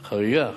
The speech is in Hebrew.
חריגה.